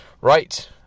Right